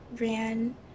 ran